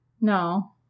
No